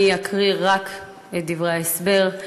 אני אקריא רק את דברי ההסבר,